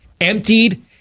emptied